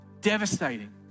Devastating